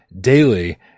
daily